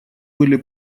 были